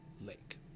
lake